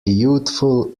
youthful